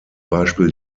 beispiel